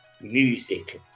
music